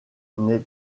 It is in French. n’est